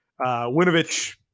Winovich